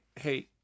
Hey